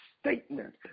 statement